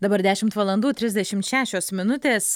dabar dešimt valandų trisdešimt šešios minutes